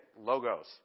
logos